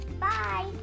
Bye